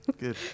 Good